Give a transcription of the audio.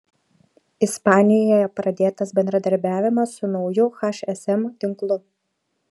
ispanijoje pradėtas bendradarbiavimas su nauju hsm tinklu